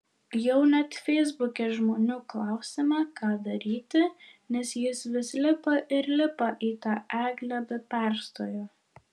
jau net feisbuke žmonių klausėme ką daryti nes jis vis lipa ir lipa į tą eglę be perstojo